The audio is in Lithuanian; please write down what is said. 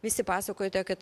visi pasakojote kad